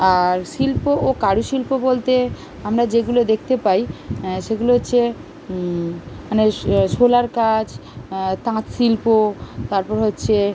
আর শিল্প ও কারুশিল্প বলতে আমরা যেগুলো দেখতে পাই সেগুলো হচ্ছে মানে শো শোলার কাজ তাঁত শিল্প তারপর হচ্ছে